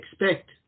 expect